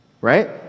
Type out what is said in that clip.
Right